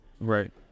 right